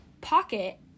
pocket